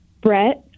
Brett